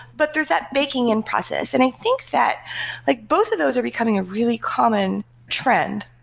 but there's that baking-in process. and i think that like both of those are becoming a really common trend.